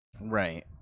Right